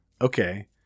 okay